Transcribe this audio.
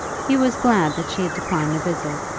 he was glad that she had declined the visit.